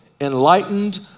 enlightened